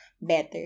better